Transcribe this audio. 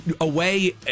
away